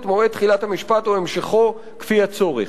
מועד תחילת המשפט או המשכו כפי הצורך.